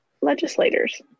legislators